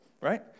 right